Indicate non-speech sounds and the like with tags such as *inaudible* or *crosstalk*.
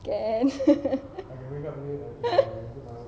can *laughs*